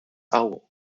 howell